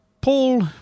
Paul